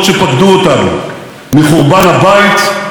מחורבן הבית ועד חורבן השואה.